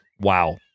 wow